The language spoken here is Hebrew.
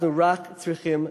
אנחנו רק צריכים לרצות.